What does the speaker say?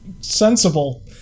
sensible